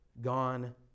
gone